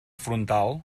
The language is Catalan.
frontal